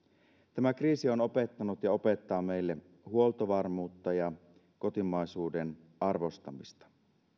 tämä kriisi on opettanut ja opettaa meille huoltovarmuutta ja kotimaisuuden arvostamista